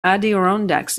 adirondack